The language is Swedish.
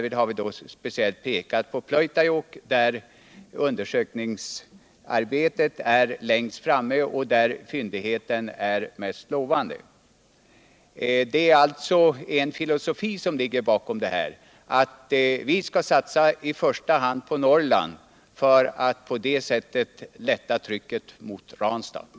Vi har pekat på Pleutajokk, där undersökningsarbetet har kommit längst och där fvndigheterna är mest lovande. Den filosofi som ligger bakom detta är att vi i första hand skalt satsa på Norrland för utt på det sättet lätta trycket på Ranstad.